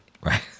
Right